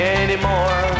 anymore